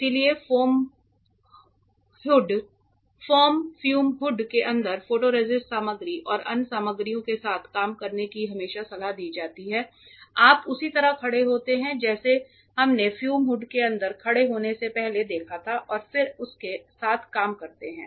इसलिए फोम fume hood के अंदर फोटोरेसिस्ट सामग्री और अन्य सामग्रियों के साथ काम करने की हमेशा सलाह दी जाती है आप उसी तरह खड़े होते हैं जैसे हमने फ्यूम हुड के अंदर खड़े होने से पहले देखा था और फिर उसके साथ काम करते हैं